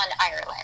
ireland